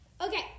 Okay